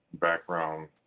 background